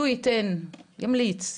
שהוא ימליץ,